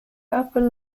upper